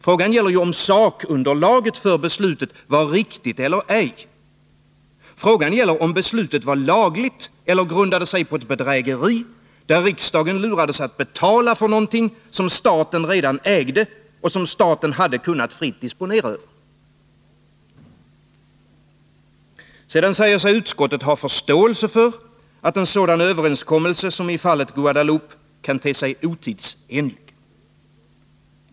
Frågan gäller ju om sakunderlaget för beslutet var riktigt eller ej. Frågan gäller om beslutet var lagligt eller grundade sig på ett bedrägeri, där riksdagen lurades att betala för något som staten redan ägde och hade kunnat fritt disponera över. Sedan säger sig utskottet ha förståelse för att en sådan överenskommelse somi fallet Guadeloupe kan te sig otidsenlig.